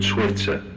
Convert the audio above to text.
Twitter